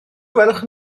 gwelwch